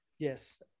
Yes